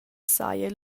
saja